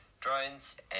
drones